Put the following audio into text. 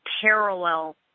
parallel